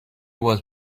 was